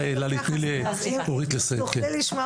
אני באמת חושבת